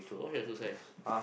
what's your shoe size